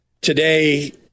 Today